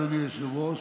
אדוני היושב-ראש,